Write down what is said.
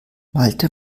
malte